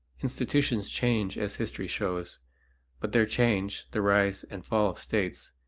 institutions change as history shows but their change, the rise and fall of states,